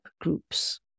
groups